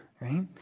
right